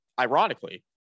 ironically